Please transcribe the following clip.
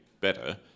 better